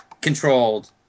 controlled